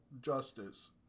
justice